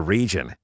Region